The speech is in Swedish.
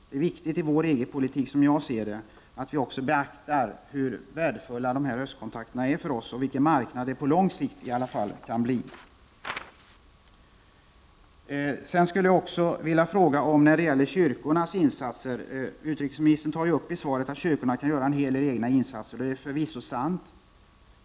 Det är, som jag ser det, viktigt att vi i vår EG-politik beaktar hur betydelsefulla dessa östkontakter är för oss och vilken marknad de i vart fall på lång sikt kan bli. Jag skulle också vilja ställa en fråga om kyrkornas insatser. Utrikesministern säger i svaret att kyrkorna kan göra en hel del egna insatser. Det är förvisso sant.